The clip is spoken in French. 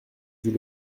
dut